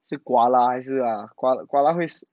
是 koala 还是啊 koa~ koala 会是